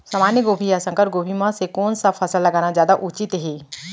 सामान्य गोभी या संकर गोभी म से कोन स फसल लगाना जादा उचित हे?